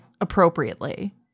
appropriately